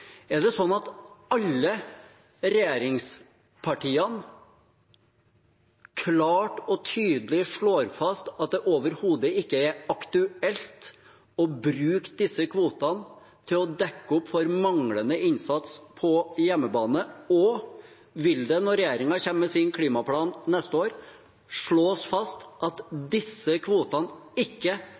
Er det sånn at alle regjeringspartiene klart og tydelig slår fast at det overhodet ikke er aktuelt å bruke disse kvotene til å dekke opp for manglende innsats på hjemmebane, og vil det når regjeringen kommer med sin klimaplan neste år, slås fast at disse kvotene ikke